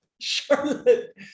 Charlotte